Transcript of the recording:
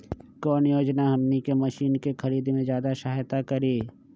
कौन योजना हमनी के मशीन के खरीद में ज्यादा सहायता करी?